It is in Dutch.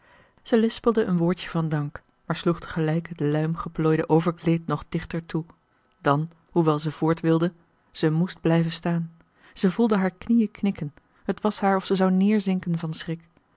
zij lispelde een woordje van dank maar sloeg tegelijk het ruim geplooide overkleed nog dichter toe dan hoewel ze eel voort wilde zij moest blijven staan zij voelde hare knieën knikken het was haar of ze zou neêrzinken van schrik